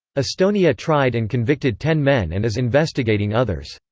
estonia tried and convicted ten men and is investigating others.